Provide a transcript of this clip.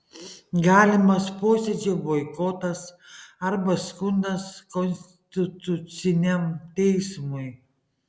galimas posėdžio boikotas arba skundas konstituciniam teismui